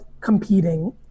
competing